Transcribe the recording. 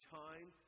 time